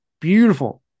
beautiful